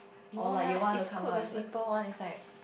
no leh is cook the simple one it's like